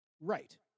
Right